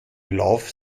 lauf